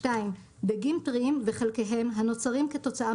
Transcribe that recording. דגים טריים וחלקיהם הנוצרים כתוצאה